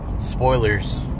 spoilers